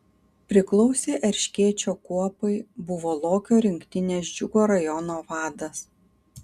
priklausė erškėčio kuopai buvo lokio rinktinės džiugo rajono vadas